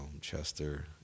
chester